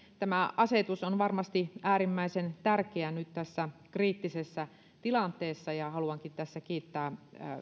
tämä asetus on varmasti äärimmäisen tärkeä nyt tässä kriittisessä tilanteessa ja haluankin tässä kiittää